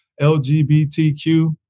LGBTQ